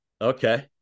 Okay